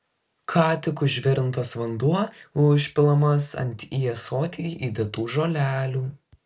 ką tik užvirintas vanduo užpilamas ant į ąsotį įdėtų žolelių